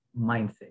mindset